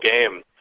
game